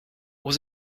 was